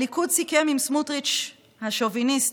הליכוד סיכם עם סמוטריץ' השוביניסט